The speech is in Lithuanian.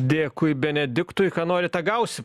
dėkui benediktui ką nori tą gausi